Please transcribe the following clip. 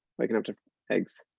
waking up to eggs.